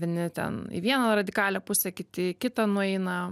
vieni ten į vieną radikalią pusę kiti į kitą nueina